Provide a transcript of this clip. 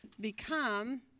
become